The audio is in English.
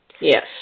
Yes